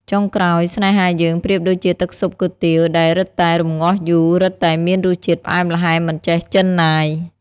ចុងក្រោយ ស្នេហាយើងប្រៀបដូចជាទឹកស៊ុបគុយទាវ ដែលរិតតែរំងាស់យូរ រិតតែមានរសជាតិផ្អែមល្ហែមមិនចេះជិនណាយ។